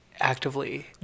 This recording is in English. actively